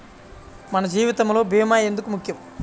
మన జీవితములో భీమా ఎందుకు ముఖ్యం?